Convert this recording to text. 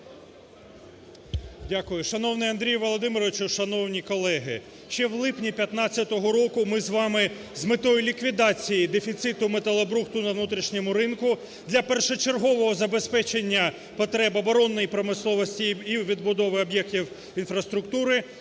Дякую. Шановний Андрію Володимировичу, шановні колеги! Ще в липні 15-го року ми з вами з метою ліквідації дефіциту металобрухту на внутрішньому ринку для першочергового забезпечення потреб оборонної промисловості і відбудови об'єктів інфраструктури